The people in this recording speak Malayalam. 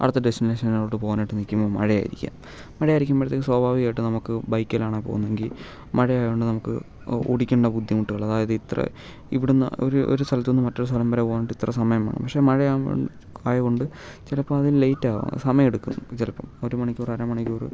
അടുത്ത ഡെസ്റ്റിനേഷനിലോട്ട് പോകാനായിട്ട് നിൽക്കുമ്പോൾ മഴയായിരിക്കാം മഴയായിരിക്കുമ്പോഴത്തേക്കും സ്വാഭാവികായിട്ടും നമുക്ക് ബൈക്കിനാണ് പോകുന്നതെങ്കിൽ മഴയായതു കൊണ്ട് നമുക്ക് ഓടിക്കേണ്ട ബുദ്ധിമുട്ടുകൾ അതായത് ഇത്ര ഇവിടുന്ന് ഒരു ഒരു സ്ഥലത്ത് നിന്ന് മറ്റൊരു സ്ഥലം വരെ പോകാനായിട്ട് ഇത്ര സമയം വേണം പക്ഷെ മഴ ആയ ആയതു കൊണ്ട് ചിലപ്പോൾ അത് ലേറ്റ് ആകും സമയം എടുക്കും ചിലപ്പോൾ ഒരു മണിക്കൂർ അര മണിക്കൂർ